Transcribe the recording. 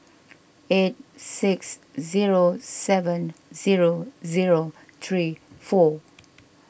eight six zero seven zero zero three four